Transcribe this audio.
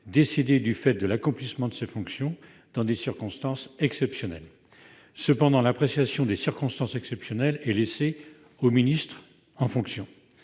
décédée « du fait de l'accomplissement de ses fonctions dans des circonstances exceptionnelles ». Cependant, l'appréciation des « circonstances exceptionnelles » est laissée au ministre en fonction.